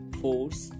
force